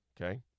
okay